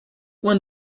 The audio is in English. when